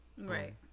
Right